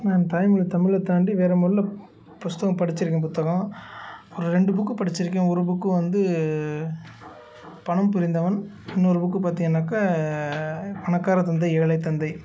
நான் தாய்மொழி தமிழை தாண்டி வேறு மொழில புத்தகம் படிச்சுருக்கேன் புத்தகம் ஒரு ரெண்டு புக்கு படிச்சுருக்கேன் ஒரு புக்கு வந்து பணம் புரிந்தவன் இன்னொரு புக்கு பார்த்திங்கன்னாக்க பணக்காரத் தந்தை ஏழைத் தந்தை